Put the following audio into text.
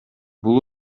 бул